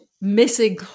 missing